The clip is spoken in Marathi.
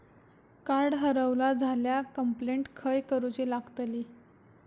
कार्ड हरवला झाल्या कंप्लेंट खय करूची लागतली?